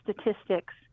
statistics